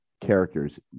characters